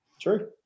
True